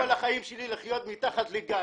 אני כל החיים שלי לחיות מתחת לגג,